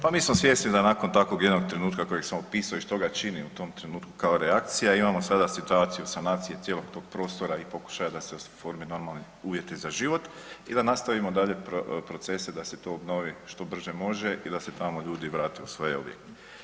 Pa mi smo svjesni da nakon takvog jednog trenutka kojeg sam opisao i što ga čini u tom trenutku kao reakcija, imamo sada situaciju sanacije cjelokupnog prostora i pokušaja da se oforme normalni uvjeti za život i da nastavimo dalje procese da se to obnovi što brže može i da se tamo ljudi vrate u svoje objekte.